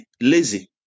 lazy